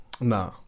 nah